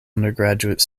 undergraduate